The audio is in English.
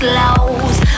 lows